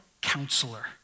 counselor